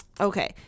Okay